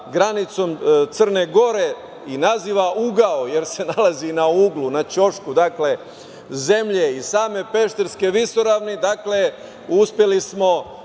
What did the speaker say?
granicom Crne Gore i naziva Ugao, jer se nalazi na uglu, na ćošku zemlje i same Pešterske visoravni uspeli smo